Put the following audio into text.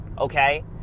okay